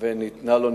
וניתנה לו,